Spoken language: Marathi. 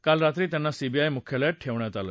काल रात्री त्यांना सीबीआय मुख्यालयात ठेवण्यात आलं